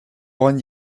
one